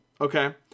okay